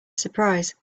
surprise